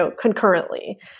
concurrently